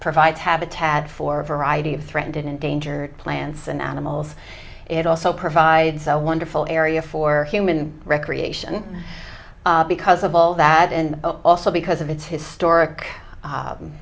provides habitat for a variety of threatened endangered plants and animals it also provides a wonderful area for human recreation because of all that and also because of its historic